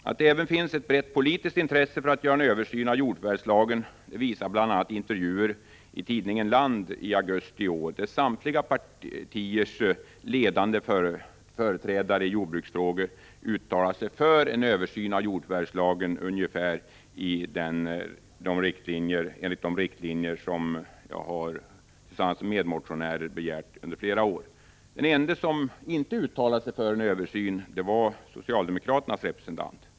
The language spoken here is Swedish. Att det även finns ett brett politiskt intresse för att göra en översyn av jordförvärvslagen visar bl.a. intervjuer i tidningen Land i augusti i år, där samtliga partiers ledande företrädare i jordbruksfrågor uttalade sig för en översyn ungefär enligt de riktlinjer som jag tillsammans med medmotionärer har begärt under flera år. Den ende som inte uttalade sig för en översyn var socialdemokraternas representant.